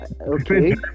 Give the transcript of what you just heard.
okay